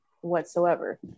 whatsoever